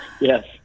Yes